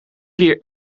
hier